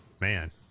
Man